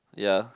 ya